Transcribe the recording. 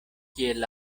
kiel